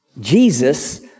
Jesus